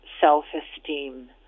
self-esteem